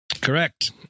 correct